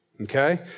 okay